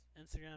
instagram